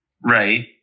Right